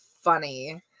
funny